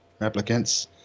replicants